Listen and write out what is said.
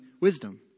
wisdom